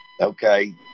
okay